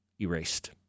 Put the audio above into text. erased